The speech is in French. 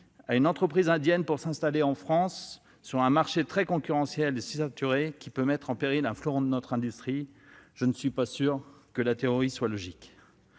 à une entreprise indienne pour qu'elle s'installe en France sur un marché très concurrentiel et saturé, mettant en péril un fleuron de notre industrie. Je ne suis pas sûr que la théorie suivie soit logique